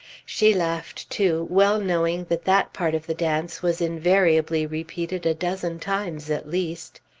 she laughed too, well knowing that that part of the dance was invariably repeated a dozen times at least.